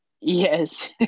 yes